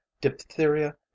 diphtheria